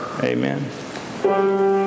Amen